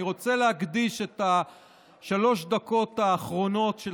אני רוצה להקדיש את שלוש הדקות האחרונות של